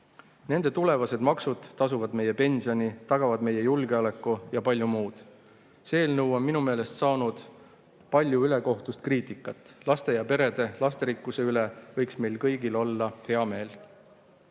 Nende tulevased maksud tasuvad meie pensioni, tagavad meie julgeoleku ja palju muud. See eelnõu on minu meelest saanud palju ülekohtust kriitikat. Laste ja perede lasterikkuse üle võiks meil kõigil olla hea meel.